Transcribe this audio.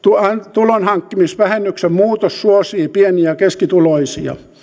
tulonhankkimisvähennyksen muutos suosii pieni ja keskituloisia